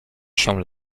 się